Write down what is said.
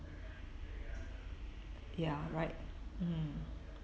ya right mm